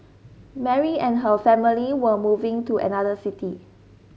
Mary and her family were moving to another city